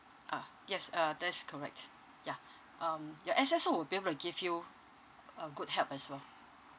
ah yes uh that is correct yeah um your S_S_O will be able to give you uh good help as well